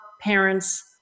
parents